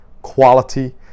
quality